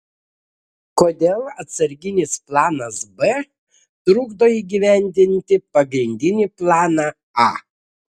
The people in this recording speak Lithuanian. kodėl atsarginis planas b trukdo įgyvendinti pagrindinį planą a